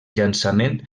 llançament